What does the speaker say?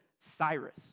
Cyrus